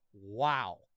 Wow